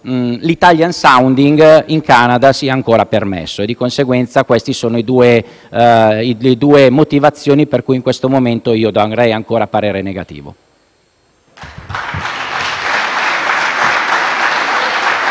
l'*italian sounding* in Canada sia ancora permesso. Queste sono le due motivazioni per cui in questo momento esprimerei ancora parere negativo.